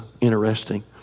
interesting